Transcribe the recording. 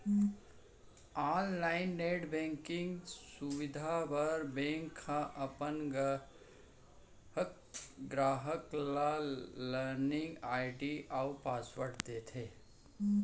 online net banking सुबिधा बर bank ह अपन गराहक ल लॉगिन आईडी अउ पासवर्ड देथे